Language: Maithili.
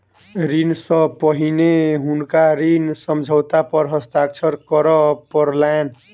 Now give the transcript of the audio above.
ऋण सॅ पहिने हुनका ऋण समझौता पर हस्ताक्षर करअ पड़लैन